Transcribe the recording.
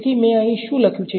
તેથી મેં અહીં શું લખ્યું છે